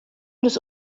des